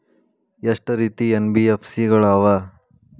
ಎಷ್ಟ ರೇತಿ ಎನ್.ಬಿ.ಎಫ್.ಸಿ ಗಳ ಅವ?